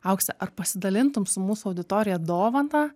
aukse ar pasidalintum su mūsų auditorija dovana